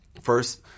First